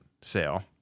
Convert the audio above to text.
sale